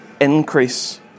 increase